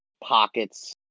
pockets